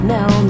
Now